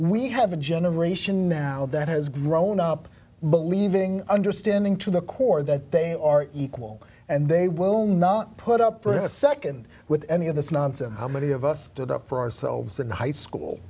we have a generation now that has grown up believing understanding to the core that they are equal and they will not put up for a nd with any of this nonsense how many of us did up for ourselves in high school